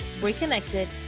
reconnected